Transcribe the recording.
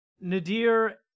Nadir